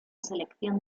selección